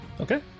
Okay